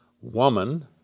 woman